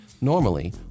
normally